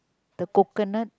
the coconut